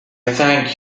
thank